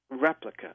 replica